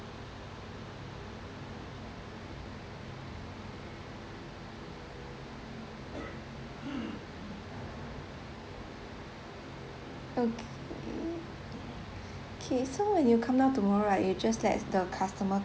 okay K so when you come down tomorrow right you just let the customer